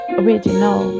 original